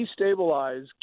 destabilize